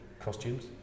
costumes